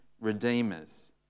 redeemers